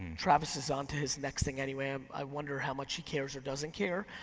travis is onto his next thing anyway. um i wonder how much he cares or doesn't care.